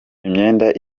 imyenda